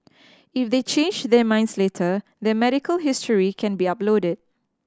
if they change their minds later their medical history can be uploaded